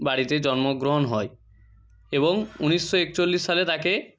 বাড়িতে জন্মগ্রহণ হয় এবং উনিশশো একচল্লিশ সালে তাঁকে